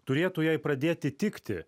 turėtų jai pradėti tikti